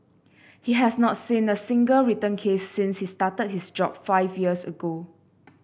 he has not seen a single return case since he started his job five years ago